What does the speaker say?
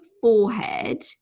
forehead